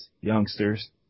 youngsters